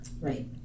right